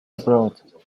aboard